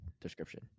description